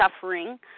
suffering